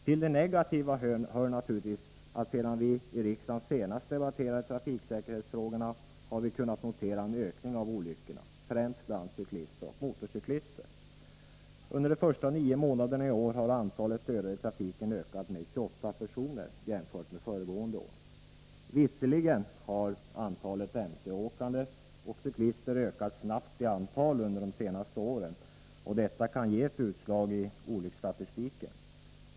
Till det negativa hör naturligtvis att vi, sedan vi i riksdagen senast debatterade trafiksäkerhetsfrågorna, har kunnat notera en ökning av antalet olyckor, främst bland cyklister och motorcyklister. Under de första nio månaderna i år har antalet dödade i trafiken ökat med 28 personer jämfört med föregående år. Dock har antalet motorcykelåkande och cyklister ökat i antal under senare år, och detta kan ge utslag i olycksstatistiken.